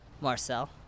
Marcel